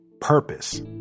Purpose